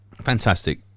fantastic